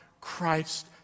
Christ